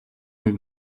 нэг